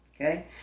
Okay